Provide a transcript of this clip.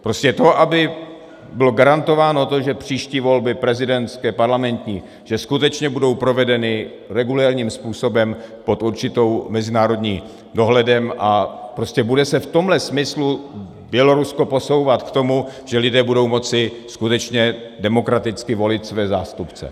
Prostě to, aby bylo garantováno to, že příští volby, prezidentské, parlamentní, skutečně budou provedeny regulérním způsobem pod určitým mezinárodním dohledem a prostě bude se v tomhle smyslu Bělorusko posouvat k tomu, že lidé budou moci skutečně demokraticky volit své zástupce.